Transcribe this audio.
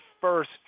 first